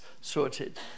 sorted